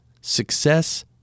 Success